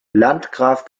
landgraf